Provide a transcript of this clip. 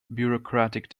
bureaucratic